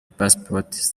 passports